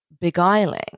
beguiling